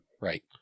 Right